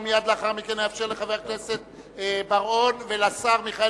ומייד לאחר מכן נאפשר לחבר הכנסת בר-און ולשר מיכאל